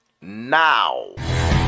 now